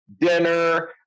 dinner